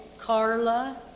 Carla